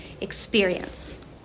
experience